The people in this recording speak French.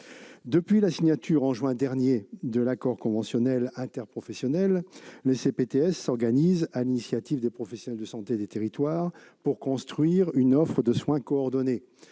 Depuis la signature en juin dernier de l'accord conventionnel interprofessionnel, les CPTS s'organisent sur l'initiative des professionnels de santé des territoires pour construire une offre de soins coordonnée.